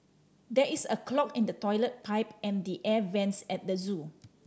there is a clog in the toilet pipe and the air vents at the zoo